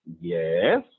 Yes